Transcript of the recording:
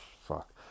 Fuck